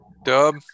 Dub